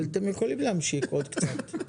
אבל אתם יכולים להמשיך עוד קצת.